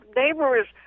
neighbors